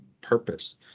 purpose